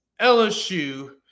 LSU –